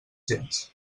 gens